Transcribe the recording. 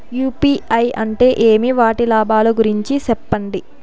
UPI అంటే ఏమి? వాటి లాభాల గురించి సెప్పండి?